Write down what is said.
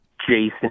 Jason